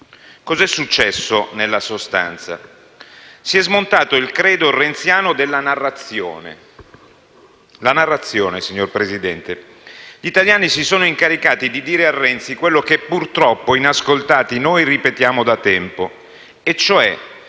Cosa è successo nella sostanza? Si è smontato il credo renziano della narrazione, signor Presidente. Gli italiani si sono incaricati di dire a Renzi quello che, purtroppo inascoltati, noi ripetiamo da tempo e cioè